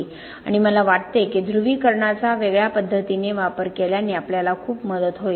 आणि मला वाटते की ध्रुवीकरणाचा वेगळ्या पद्धतीने वापर केल्याने आपल्याला खूप मदत होईल